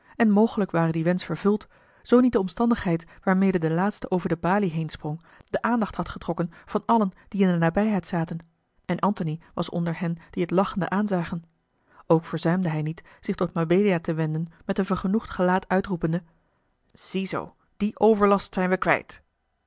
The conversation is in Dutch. en mogelijk ware die wensch vervuld zoo niet de omstandigheid waarmede de laatste over de balie heensprong de aandacht had getrokken van allen die in de nabijheid zaten en antony was onder hen die het lachende aanzaa l g bosboom-toussaint de delftsche wonderdokter eel ok verzuimde hij niet zich tot mabelia te wenden met een vergenoegd gelaat uitroepende ziezoo dien overlast zijn we kwijt